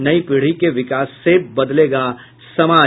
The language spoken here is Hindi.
नई पीढ़ी के विकास से बदलेगा समाज